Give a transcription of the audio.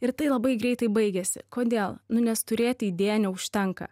ir tai labai greitai baigėsi kodėl nu nes turėti idėją neužtenka